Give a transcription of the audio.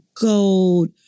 gold